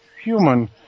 human